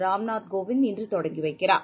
Ramnath Kovind இன்றுதொடங்கிவைக்கிறார்